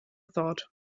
thought